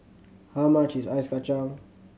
how much is Ice Kachang